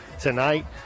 tonight